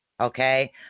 okay